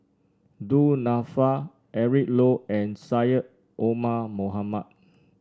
Du Nanfa Eric Low and Syed Omar Mohamed